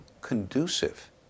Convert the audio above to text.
conducive